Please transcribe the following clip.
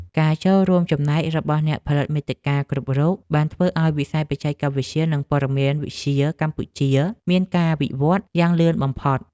ការចូលរួមចំណែករបស់អ្នកផលិតមាតិកាគ្រប់រូបបានធ្វើឱ្យវិស័យបច្ចេកវិទ្យា និងព័ត៌មានវិទ្យាកម្ពុជាមានការវិវឌ្ឍយ៉ាងលឿនបំផុត។